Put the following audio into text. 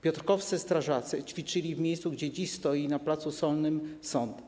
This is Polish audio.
Piotrkowscy strażacy ćwiczyli w miejscu, gdzie dziś na placu Solnym stoi sąd.